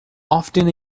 often